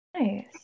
Nice